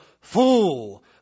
fool